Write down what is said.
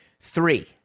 Three